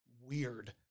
weird